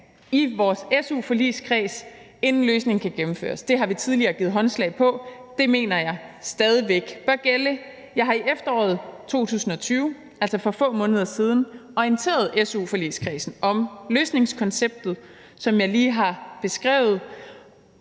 i vores su-forligskreds, inden løsningen kan gennemføres. Det har vi tidligere givet håndslag på, og det mener jeg stadig væk bør gælde. Jeg har i efteråret 2020, altså for få måneder siden, orienteret su-forligskredsen om løsningskonceptet, som jeg lige har beskrevet,